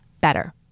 better